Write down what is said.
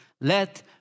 let